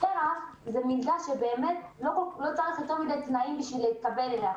פר"ח זו מלגה שלא צריך יותר מדיי תנאים בשביל להתקבל אליה.